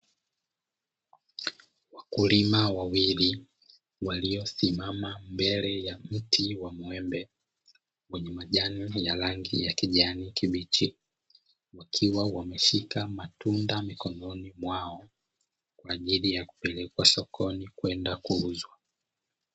Wakulima wawili waliosimama mbele ya mti wa muembe wenye majani ya rangi ya kijani kibichi, wakiwa wameshika matunda mikononi mwao kwa ajili ya kupelekwa sokoni kwenda kuuzwa.